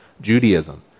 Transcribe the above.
Judaism